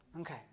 Okay